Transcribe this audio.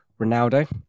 Ronaldo